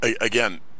again